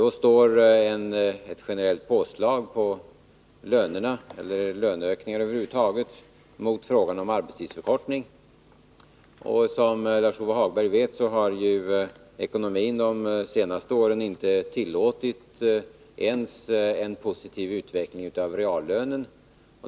Då står ett generellt påslag på lönerna, eller löneökningar över huvud taget, mot frågan om arbetstidsförkortning. Som Lars-Ove Hagberg vet så har ekonomin de senaste åren inte tillåtit ens en positiv utveckling av reallönen.